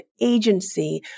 agency